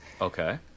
Okay